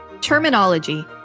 Terminology